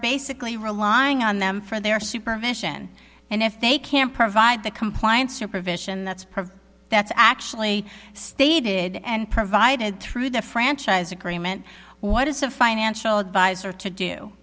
basically relying on them for their supervision and if they can't provide the compliance supervision that's pretty that's actually stated and provided through the franchise agreement what does a financial advisor to do